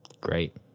Great